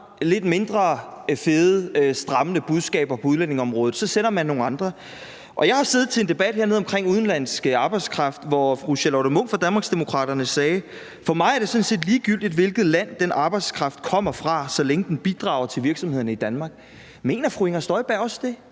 lidt mindre fede strammende budskaber på udlændingeområdet, sender man nogle andre. Jeg har siddet til en debat hernede omkring udenlandsk arbejdskraft, hvor fru Charlotte Munch fra Danmarksdemokraterne sagde: For mig er det sådan set ligegyldigt, hvilket land den arbejdskraft kommer fra, så længe den bidrager til virksomhederne i Danmark. Mener fru Inger Støjberg også det?